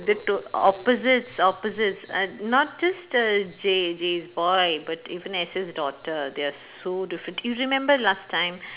they two opposites opposites uh not just uh Jay Jay's boy but even as his daughter they are so different you remember last time